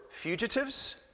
fugitives